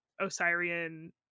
Osirian